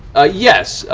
ah yes.